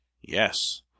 yes